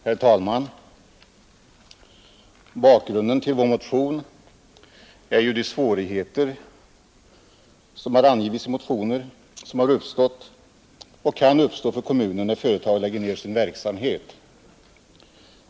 Herr talman! Bakgrunden till vår motion är de svårigheter av angivet slag som kan uppstå och har uppstått för kommuner när företag lägger ned sin verksamhet.